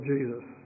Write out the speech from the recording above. Jesus